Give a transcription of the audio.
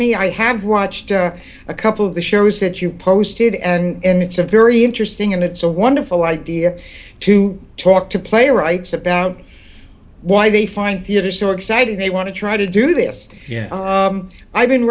me i have watched a couple of the shows that you posted and it's a very interesting and it's a wonderful idea to talk to playwrights about why they find theater so exciting they want to try to do this yeah i've been